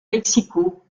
mexico